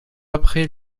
après